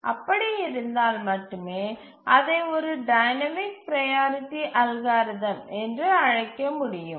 அப்படி இருந்தால் மட்டுமே அதை ஒரு டைனமிக் ப்ரையாரிட்டி அல்காரிதம் என்று அழைக்க முடியும்